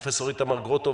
פרופ' איתמר גרוטו,